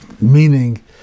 meaning